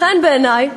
לכן, בעיני,